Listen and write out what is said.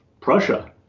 prussia